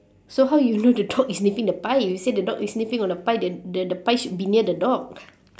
so how you know the dog is sniffing the pie you say the dog is sniffing on the pie the the the pie should be near the dog